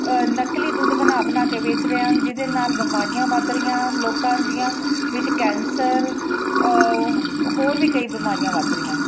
ਨਕਲੀ ਦੁੱਧ ਬਣਾ ਬਣਾ ਕੇ ਵੇਚ ਰਹੇ ਹਨ ਜਿਹਦੇ ਨਾਲ ਬਿਮਾਰੀਆਂ ਵੱਧ ਰਹੀਆਂ ਹਨ ਲੋਕਾਂ ਦੀਆਂ ਵਿੱਚ ਕੈਂਸਰ ਹੋਰ ਵੀ ਕਈ ਬਿਮਾਰੀਆਂ ਵੱਧ ਰਹੀਆਂ ਹਨ